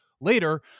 later